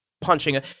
punching